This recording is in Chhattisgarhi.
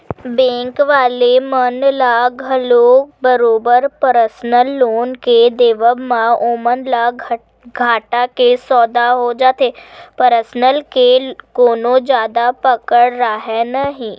बेंक वाले मन ल घलो बरोबर परसनल लोन के देवब म ओमन ल घाटा के सौदा हो जाथे परसनल के कोनो जादा पकड़ राहय नइ